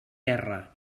terra